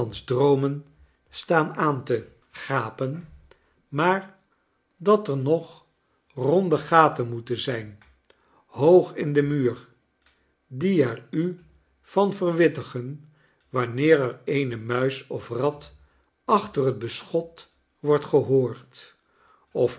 gapen maar dat er nog ronde gaten moeten zijn hoog in den muur die er u van verwittigen wanneer er eene muis of rat achterhet beschot wordt gehoord of